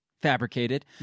fabricated